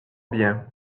bien